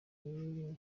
ibintu